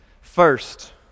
First